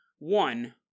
one